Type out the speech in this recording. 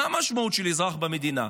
מה המשמעות של אזרח במדינה?